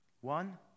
one